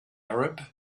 arab